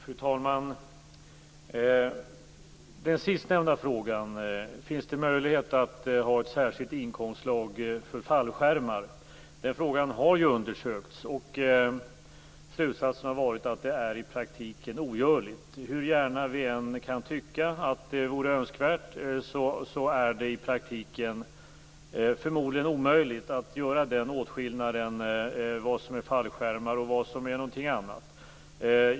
Fru talman! Den sistnämnda frågan om möjligheten att ha ett särskilt inkomstslag för fallskärmar har undersökts. Slutsatsen har blivit att det i praktiken är ogörligt. Hur önskvärt vi än kan tycka att det vore är det i praktiken förmodligen omöjligt att göra den åtskillnaden mellan vad som är fallskärmar och vad som är någonting annat.